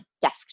desk